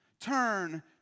Turn